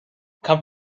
come